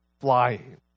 flying